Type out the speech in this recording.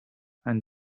and